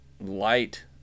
light